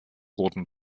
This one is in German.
rotem